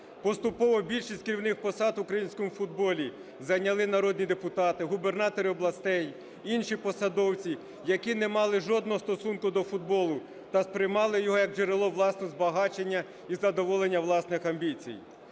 Поступово більшість керівних посад в українському футболі зайняли народні депутати, губернатори областей, інші посадовці, які не мали жодного стосунку до футболу та сприймали його як джерело власного збагачення і задоволення власних амбіцій.